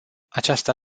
aceasta